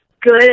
good